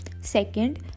second